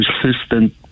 persistent